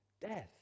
death